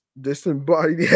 disembodied